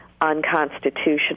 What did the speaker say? unconstitutional